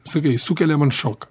sakai sukelia man šoką